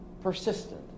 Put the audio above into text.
persistent